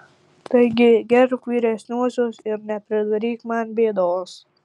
taigi gerbk vyresniuosius ir nepridaryk man bėdos